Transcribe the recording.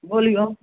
बोलिऔ